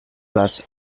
plus